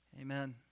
amen